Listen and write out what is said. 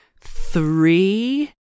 three